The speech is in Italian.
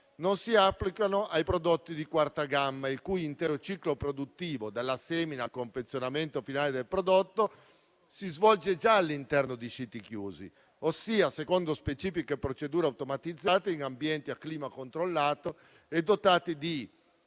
non si applicano ai prodotti di quarta gamma, il cui intero ciclo produttivo, dalla semina al confezionamento finale del prodotto, si svolge già all'interno di siti chiusi, ossia secondo specifiche procedure automatizzate in ambienti a clima controllato e dotati di